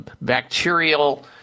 bacterial